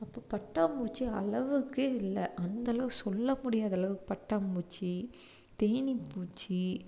அப்போ பட்டாம்பூச்சி அளவுக்கே இல்லை அந்த அளவு சொல்ல முடியாத அளவு பட்டாம்பூச்சி தேனி பூச்சி